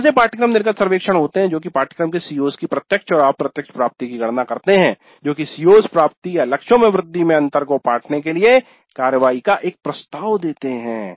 कुछ ऐसे पाठ्यक्रम निर्गत सर्वेक्षण होते है जो की पाठ्यक्रम के CO's की प्रत्यक्ष और अप्रत्यक्ष प्राप्ति की गणना करते है जो की "CO's प्राप्ति" या लक्ष्यों में वृद्धि में अंतर को पाटने के लिए कार्रवाई का प्रस्ताव देते है